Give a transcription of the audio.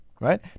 right